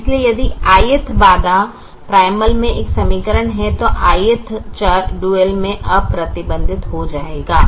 इसलिए यदि ith बाधा प्राइमल मे एक समीकरण है तो ith चर डुअल में अप्रतिबंधित हो जाएगा